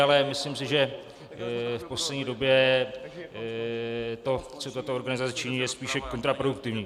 Ale myslím si, že v poslední době to, co tato organizace činí, je spíše kontraproduktivní.